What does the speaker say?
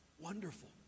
wonderful